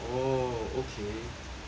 oh okay